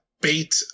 bait